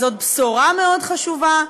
זו בשורה מאוד חשובה.